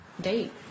date